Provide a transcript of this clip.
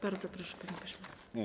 Bardzo proszę, panie pośle.